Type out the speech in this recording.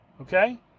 Okay